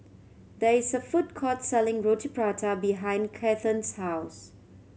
there is a food court selling Roti Prata behind Cathern's house